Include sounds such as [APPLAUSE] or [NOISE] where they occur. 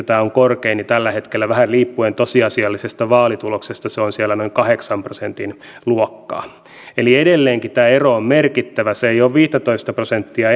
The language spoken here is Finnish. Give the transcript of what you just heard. [UNINTELLIGIBLE] tämä on korkein tällä hetkellä vähän riippuen tosiasiallisesta vaalituloksesta se on siellä noin kahdeksan prosentin luokkaa eli edelleenkin tämä ero on merkittävä se ei ole viittätoista prosenttia [UNINTELLIGIBLE]